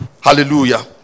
Hallelujah